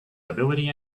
ability